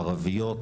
ערביות,